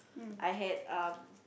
I had uh